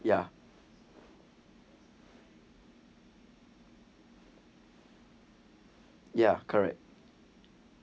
ya ya correct